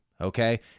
Okay